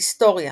היסטוריה